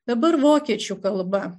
dabar vokiečių kalba